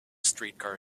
streetcar